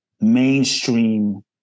mainstream